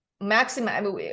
Maximum